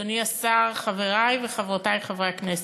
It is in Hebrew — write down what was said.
אדוני השר, חברי וחברותי חברי הכנסת,